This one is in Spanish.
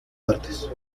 artes